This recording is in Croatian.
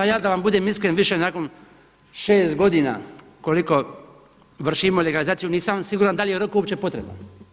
Pa ja da vam budem iskren više nakon 6 godina koliko vršimo legalizaciju, nisam siguran da li je rok uopće potreban.